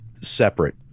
separate